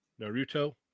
Naruto